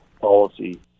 policy